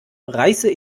reiße